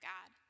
God